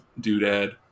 doodad